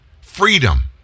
freedom